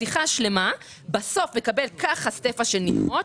בסוף הוא מקבל ערימה גדולה של ניירות,